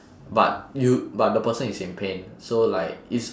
but you but the person is in pain so like it's